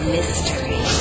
Mystery